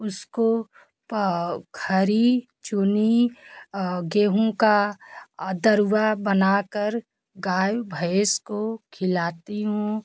उसको खरी चुनी गेहूँ का दरुआ बना कर गाय भैंस को खिलाती हूँ